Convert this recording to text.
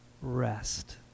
rest